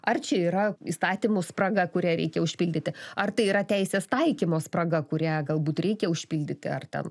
ar čia yra įstatymų spraga kurią reikia užpildyti ar tai yra teisės taikymo spraga kurią galbūt reikia užpildyti ar ten